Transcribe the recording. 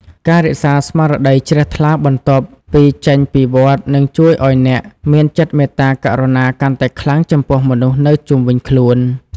ការរក្សាស្មារតីជ្រះថ្លាបន្ទាប់ពីចេញពីវត្ត នឹងជួយឱ្យអ្នកមានចិត្តមេត្តាករុណាកាន់តែខ្លាំងចំពោះមនុស្សនៅជុំវិញខ្លួន។